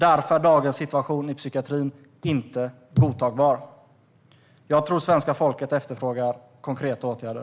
Därför är dagens situation i psykiatrin inte godtagbar. Jag tror att svenska folket efterfrågar konkreta åtgärder.